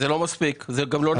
זה לא מספיק, זה גם לא נכון.